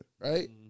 right